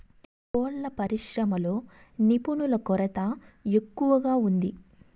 కోళ్ళ పరిశ్రమలో నిపుణుల కొరత ఎక్కువగా ఉంది